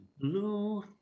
blue